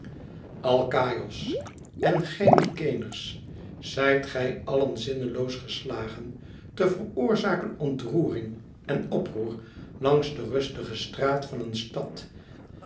alkaïos en gij mykenæërs zijt gij allen zinneloos geslagen te veroorzaken ontroering en oproer langs de rustige straat van een stad